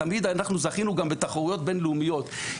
תמיד זכינו גם בתחרויות בינלאומיות,